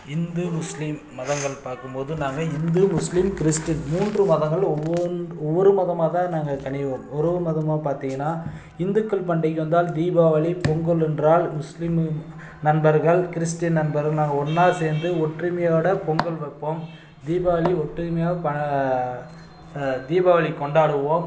இந்து முஸ்லீம் மதங்கள் பார்க்கும்போது நாங்கள் இந்து முஸ்லீம் கிறிஸ்டின் மூன்று மதங்களும் ஒவ்வொன்று ஒவ்வொரு மதமாக தான் நாங்கள் ஒரு ஒரு மதமாக பார்த்திங்கன்னா இந்துக்கள் பண்டிகை வந்தால் தீபாவளி பொங்கல் என்றால் முஸ்லீம் நண்பர்கள் கிறிஸ்டின் நண்பர்கள் நாங்கள் ஒன்னாக சேர்ந்து ஒற்றுமையோடு பொங்கல் வைப்போம் தீபாவளி ஒற்றுமையாக தீபாவளி கொண்டாடுவோம்